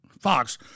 Fox